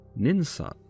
Ninsat